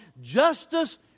justice